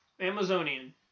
Amazonian